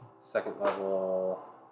second-level